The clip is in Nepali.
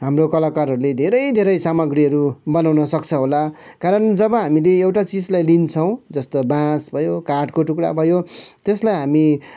हाम्रो कलाकारहरूले धेरै धेरै सामग्रीहरू बनाउन सक्छ होला कारण जब हामीले एउटा चिजलाई लिन्छौँ जस्तो बाँस भयो काठको टुक्रा भयो त्यसलाई हामी